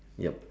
yup